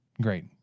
great